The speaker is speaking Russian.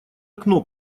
окно